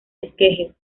esquejes